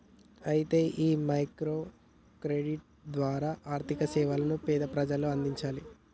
అయితే ఈ micro credit ద్వారా ఆర్థిక సేవలను పేద ప్రజలకు అందించాలి